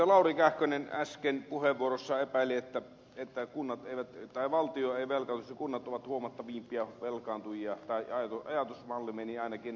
lauri kähkönen äsken puheenvuorossaan epäili että valtio ei velkaannu kunnat ovat huomattavimpia velkaantujia tai ajatusmalli meni ainakin näin